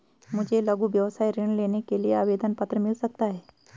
मुझे लघु व्यवसाय ऋण लेने के लिए आवेदन पत्र मिल सकता है?